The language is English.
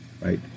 right